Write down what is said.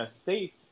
state